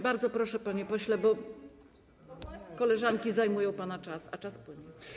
Bardzo proszę, panie pośle, bo koleżanki zajmują pana czas, a czas płynie.